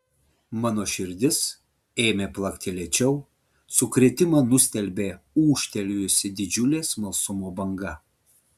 mano širdis ėmė plakti lėčiau sukrėtimą nustelbė ūžtelėjusi didžiulė smalsumo banga